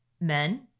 men